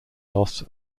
loss